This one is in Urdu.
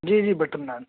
جی جی بٹر نان